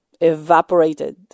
evaporated